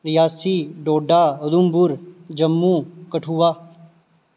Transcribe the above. Reasi Doda Udhampur Jammu Kathua